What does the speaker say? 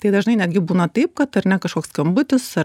tai dažnai netgi būna taip kad ar ne kažkoks skambutis ar